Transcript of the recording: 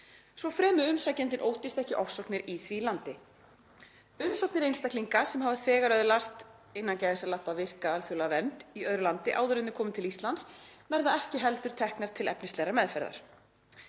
svo fremi umsækjandinn [óttast] ekki ofsóknir í því landi. Umsóknir einstaklinga sem hafa þegar öðlast „virka alþjóðlega vernd“ í öðru landi áður en þeir komu til Íslands verða ekki heldur teknar til efnislegrar meðferðar.